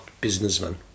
businessman